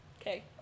okay